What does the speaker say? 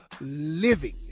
living